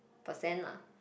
percent lah